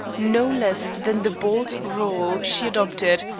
no less than the bold role she adopted,